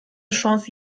chance